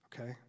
okay